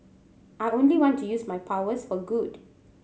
I only want to use my powers for good